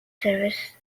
service